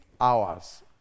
hours